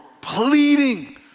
pleading